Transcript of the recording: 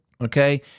Okay